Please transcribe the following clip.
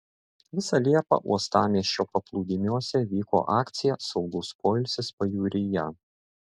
visą liepą uostamiesčio paplūdimiuose vyko akcija saugus poilsis pajūryje